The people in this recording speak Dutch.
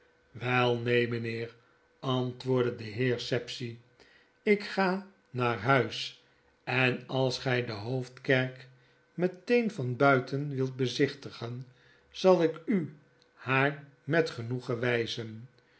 neen mynheer antwoordde de heer sapsea ik ga naar huis en als gy dehoofdkerk meteen van buiten wilt bezichtigen zal ik u haar met genoegen wyzen